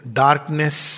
darkness